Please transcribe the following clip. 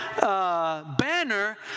banner